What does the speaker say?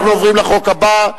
אנחנו עוברים להצעת החוק הבאה,